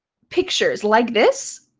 pictures like this.